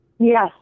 Yes